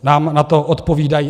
Nám na to odpovídají.